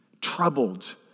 Troubled